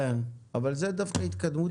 כן, אבל זה דווקא התקדמות יפה.